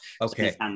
Okay